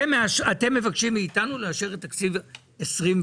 אתם מבקשים מאיתנו לאשר את תקציב 24',